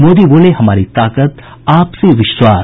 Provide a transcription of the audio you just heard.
मोदी बोले हमारी ताकत आपसी विश्वास